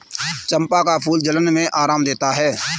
चंपा का फूल जलन में आराम देता है